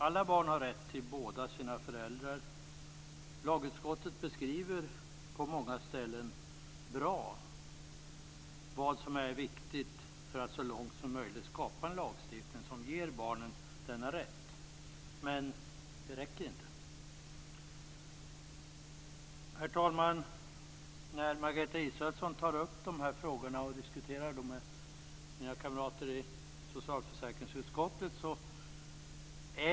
Alla barn har rätt till båda sina föräldrar. Lagutskottet beskriver på många ställen bra vad som är viktigt för att skapa en lagstiftning som så långt som möjligt ger barnen denna rätt, men det räcker inte. Herr talman! Margareta Israelsson tar upp dessa frågor och diskuterar dem med mina kamrater i socialförsäkringsutskottet.